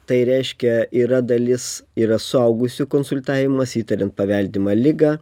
tai reiškia yra dalis yra suaugusių konsultavimas įtariant paveldimą ligą